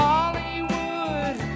Hollywood